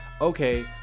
Okay